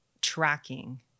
tracking